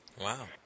Wow